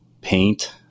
paint